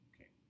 okay